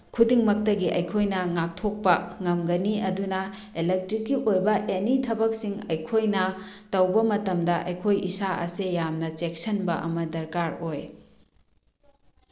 ꯈꯨꯗꯤꯡꯃꯛꯇꯒꯤ ꯑꯩꯈꯣꯏꯅ ꯉꯥꯛꯊꯣꯛꯄ ꯉꯝꯒꯅꯤ ꯑꯗꯨꯅ ꯏꯂꯦꯛꯇ꯭ꯔꯤꯛꯀꯤ ꯑꯣꯏꯕ ꯑꯦꯅꯤ ꯊꯕꯛꯁꯤꯡ ꯑꯩꯈꯣꯏꯅ ꯇꯧꯕ ꯃꯇꯝꯗ ꯑꯩꯈꯣꯏ ꯏꯁꯥ ꯑꯁꯦ ꯌꯥꯝꯅ ꯆꯦꯛꯁꯤꯟꯕ ꯑꯃ ꯗꯔꯀꯥꯔ ꯑꯣꯏ